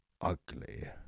ugly